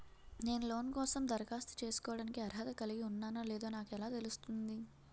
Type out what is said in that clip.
నేను లోన్ కోసం దరఖాస్తు చేసుకోవడానికి అర్హత కలిగి ఉన్నానో లేదో నాకు ఎలా తెలుస్తుంది?